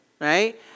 right